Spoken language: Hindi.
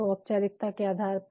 तो औपचारिकता के आधार पर